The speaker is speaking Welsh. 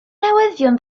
newyddion